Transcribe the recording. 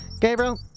Gabriel